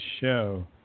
show